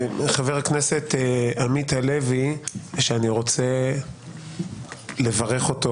חבר הכנסת עמית הלוי, שאני רוצה לברך אותו